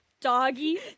doggy